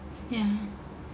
ya